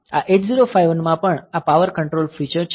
આ 8051 માં પણ આ પાવર કંટ્રોલ ફીચર છે